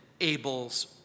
Abel's